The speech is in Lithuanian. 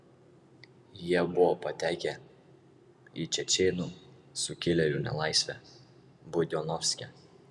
jie buvo patekę į čečėnų sukilėlių nelaisvę budionovske